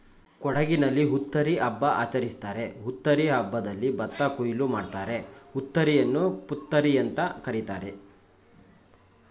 ಕೊಡಗಿನಲ್ಲಿ ಹುತ್ತರಿ ಹಬ್ಬ ಆಚರಿಸ್ತಾರೆ ಹುತ್ತರಿ ಹಬ್ಬದಲ್ಲಿ ಭತ್ತ ಕೊಯ್ಲು ಮಾಡ್ತಾರೆ ಹುತ್ತರಿಯನ್ನು ಪುತ್ತರಿಅಂತ ಕರೀತಾರೆ